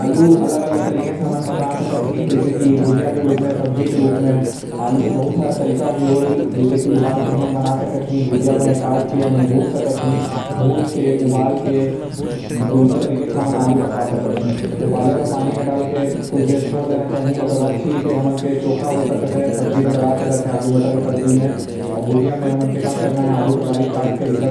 आलू अलग अलग रूप म हमन पका सकत ही जैइसे भुजिया के रूप म तरी वाला सब्जी के रुप म आऊ उबाल के भी हमन बना सकत ही। या ओला काट के हमन भूंज सकत ही। उबाले बार आलू ला गर्म पानी म छोड़ देना चाही। ओकर बाद निकल के ओकर छिलका ल छील देना चाही या भुजिया बनाए बर ओला छोटा छोटा काट के कड़ाही